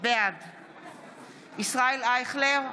בעד ישראל אייכלר,